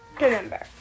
Remember